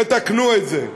תתקנו את זה.